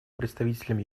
представителем